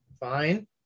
Fine